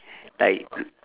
like